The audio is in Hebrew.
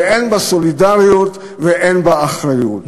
אין בה סולידריות ואין בה אחריות.